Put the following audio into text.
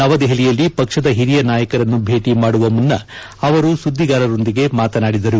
ನವದೆಹಲಿಯಲ್ಲಿ ಪಕ್ಷದ ಹಿರಿಯ ನಾಯಕರನ್ನು ಭೇಟ ಮಾಡುವ ಮುನ್ನ ಅವರು ಸುದ್ದಿಗಾರರೊಂದಿಗೆ ಮಾತನಾಡಿದರು